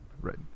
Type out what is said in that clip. Right